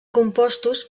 compostos